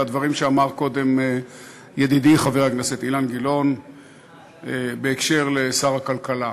לדברים שאמר קודם ידידי חבר הכנסת אילן גילאון בקשר לשר הכלכלה.